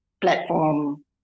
platform